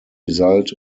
result